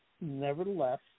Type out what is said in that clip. nevertheless